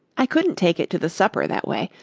i couldn't take it to the supper that way,